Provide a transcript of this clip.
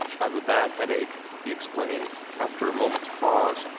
i've a bad headache, he explained, after a minute's pause.